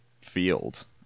field